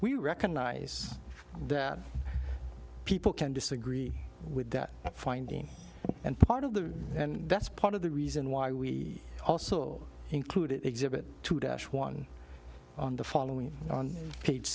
we recognize that people can disagree with that finding and part of the and that's part of the reason why we also included exhibit two dash one the following on page